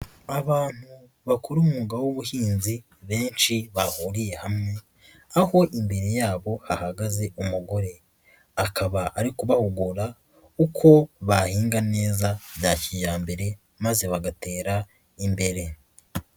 Abantu bakora umwuga w'ubuhinzi benshi bahuriye hamwe, aho imbere yabo hahagaze umugore, akaba ari kubahugura uko bahinga neza bya kijyambere maze bagatera imbere.